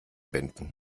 binden